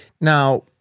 Now